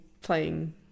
playing